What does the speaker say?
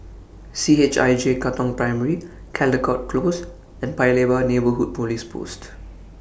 C H I J Katong Primary Caldecott Close and Paya Lebar Neighbourhood Police Post